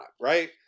Right